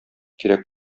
кирәк